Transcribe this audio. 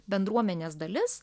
bendruomenės dalis